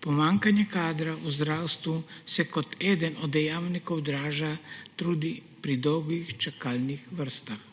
Pomankanje kadra v zdravstvu se kot eden od dejavnikov odraža tudi pri dolgih čakalnih vrstah.